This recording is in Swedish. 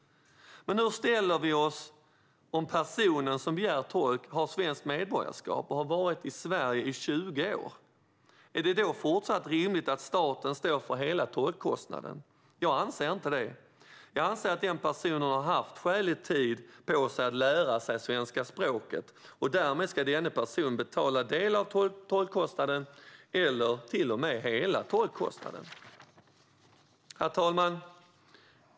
Men hur ställer vi oss om personen som begär tolk har svenskt medborgarskap och har varit i Sverige i 20 år? Är det då fortsatt rimligt att staten står för hela tolkkostnaden? Jag anser inte det. Jag anser att denna person har haft skälig tid på sig att lära sig svenska språket och därmed ska betala en del av tolkkostnaden eller till och med hela kostnaden. Herr talman!